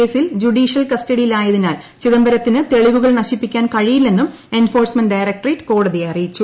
കേസിൽ ജുഡീഷ്യൽ കസ്റ്റഡിയിൽ ആയതിനാൽ ചിദംബരത്തിന് തെളിവുകൾ നശിപ്പിക്കാൻ കഴിയില്ലെന്നും എൻഫോഴ്സ്മെന്റ് ഡയറക്ട്രേറ്റ് കോടതിയെ അറിയിച്ചു